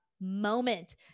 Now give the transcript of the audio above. moment